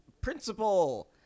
Principal